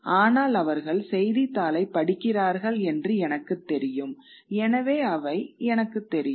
ஆனால் அவர்கள் செய்தித்தாளைப் படிக்கிறார்கள் என்று எனக்குத் தெரியும் எனவே அவை எனக்குத் தெரியும்